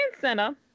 center